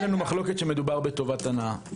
אין בינינו מחלוקת שמדובר בטובת הנאה.